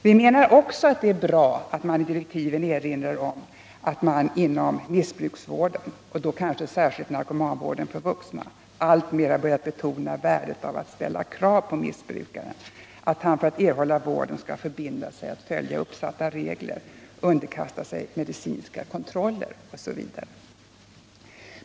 Vi menar också att det är bra att man i direktiven erinrar om att man inom missbruksvården — och då kanske särskilt narkomanvården för vuxna — alltmer har börjat betona värdet av att ställa krav på missbrukaren, att han för att erhålla vård skall förbinda sig att följa uppsatta regler, underkasta sig medicinska kontroller osv.